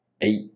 eight